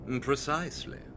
Precisely